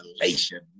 revelation